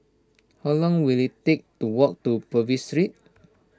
how long will it take to walk to Purvis Street